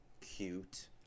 cute